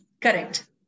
correct